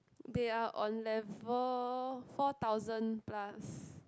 they are on level four thousand plus